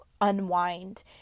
unwind